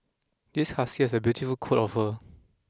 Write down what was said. this husky has a beautiful coat of fur